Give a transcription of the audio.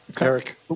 eric